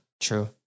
True